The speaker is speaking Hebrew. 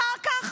אחר כך,